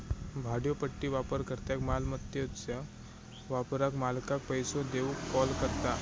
भाड्योपट्टी वापरकर्त्याक मालमत्याच्यो वापराक मालकाक पैसो देऊक कॉल करता